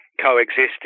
coexisting